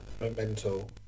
mental